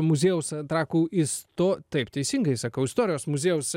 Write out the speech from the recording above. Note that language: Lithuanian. muziejaus trakų isto taip teisingai sakau istorijos muziejaus